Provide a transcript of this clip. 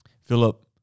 Philip